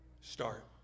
start